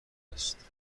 است